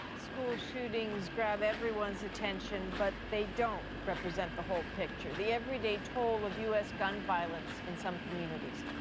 school shootings grab everyone's attention but they don't represent the whole picture. the everyday toll of u s. gun violence in some communities.